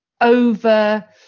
over